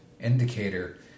indicator